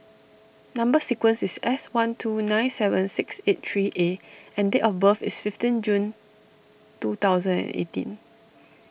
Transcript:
Number Sequence is S one two nine seven six eight three A and date of birth is fifteen June two thousand and eighteen